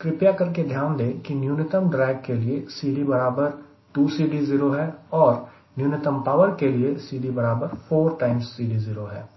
कृपया करके ध्यान दें कि न्यूनतम ड्रैग के लिए CD बराबर 2CD0 है और न्यूनतम पावर के लिए CD बराबर 4CD0 है